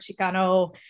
Chicano